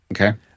okay